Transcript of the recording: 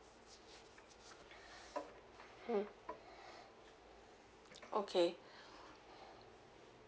mm okay